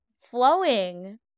flowing